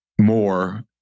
more